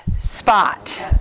spot